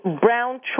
brown